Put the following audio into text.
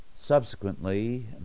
Subsequently